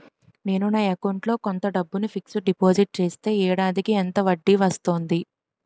నేను నా అకౌంట్ లో కొంత డబ్బును ఫిక్సడ్ డెపోసిట్ చేస్తే ఏడాదికి ఎంత వడ్డీ వస్తుంది?